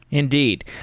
indeed.